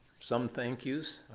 some thank yous.